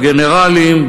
בגנרלים,